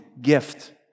gift